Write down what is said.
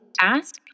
ask